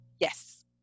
Yes